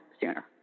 sooner